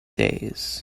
days